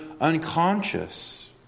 unconscious